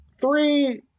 Three